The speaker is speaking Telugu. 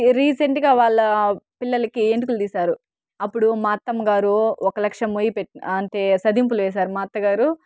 రీసెంట్గా వాళ్ళ పిల్లలకి ఎంటుకలు తీశారు అప్పుడు మా అత్తమ్మ గారు ఒక లక్ష మొయ్యి పే అంటే సదింపులేశారు మా అత్తగారు